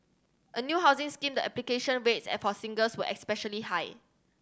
a new housing scheme the application rates for singles were especially high